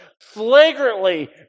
flagrantly